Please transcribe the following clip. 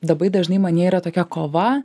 labai dažnai manyje yra tokia kova